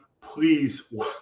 please